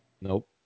Nope